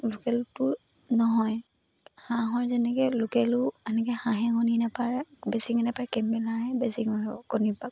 লোকেলটো নহয় হাঁহৰ যেনেকৈ লোকেলো এনেকৈ হাঁহে কণী নেপাৰে বেছিকৈ নেপাৰে কেম্বেল হাঁহে বেছিকৈ কণী পাৰে